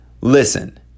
listen